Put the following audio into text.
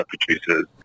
producers